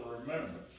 remembrance